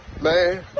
man